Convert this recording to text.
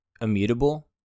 immutable